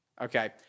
Okay